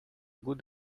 good